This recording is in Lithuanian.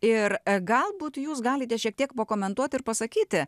ir galbūt jūs galite šiek tiek pakomentuoti ir pasakyti